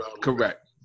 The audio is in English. Correct